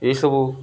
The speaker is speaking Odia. ଏଇସବୁ